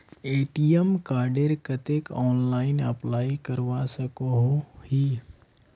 ATM कार्डेर केते online apply करवा सकोहो ही?